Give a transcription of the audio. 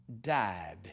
died